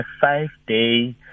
five-day